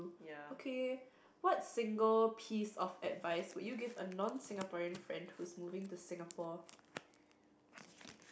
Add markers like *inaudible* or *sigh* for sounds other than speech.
ya *noise*